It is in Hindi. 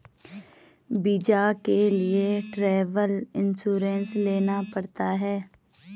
वीजा के लिए ट्रैवल इंश्योरेंस लेना पड़ता है